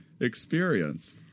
experience